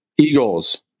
eagles